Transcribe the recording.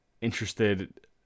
interested